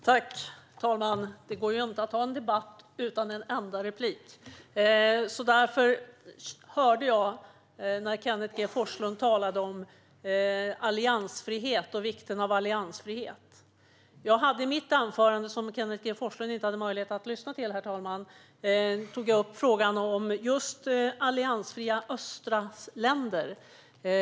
Herr talman! Det går ju inte att ha en debatt utan ett enda replikskifte! Därför begärde jag replik när jag hörde Kenneth G Forslund tala om vikten av alliansfrihet. I mitt anförande - som Kenneth G Forslund inte hade möjlighet att lyssna till, herr talman - tog jag upp frågan om alliansfria östliga länder.